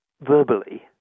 verbally